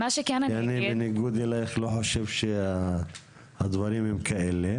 כי אני בניגוד אליך לא חושב שהדברים הם כאלה,